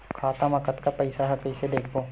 खाता मा कतका पईसा हे कइसे देखबो?